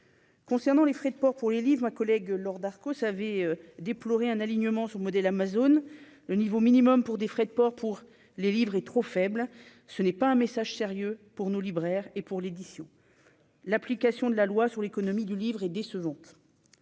Concernant les frais de port pour les livres, ma collègue Laure Darcos savez déploré un alignement sur le modèle Amazon le niveau minimum pour des frais de port pour les livres est trop faible, ce n'est pas un message sérieux pour nos libraires et pour l'édition, l'application de la loi sur l'économie du livre est décevante,